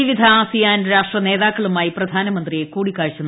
വിവിധ ആസിയാൻ രാഷ്ട്രനേതാക്കളുമായി പ്രധാനമുന്ത്രി കൂടിക്കാഴ്ച നടത്തി